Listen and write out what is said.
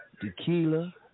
Tequila